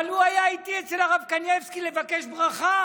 אבל הוא היה איתי אצל הרב קנייבסקי לבקש ברכה.